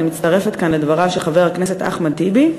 ואני מצטרפת לכאן לדבריו של חבר הכנסת אחמד טיבי,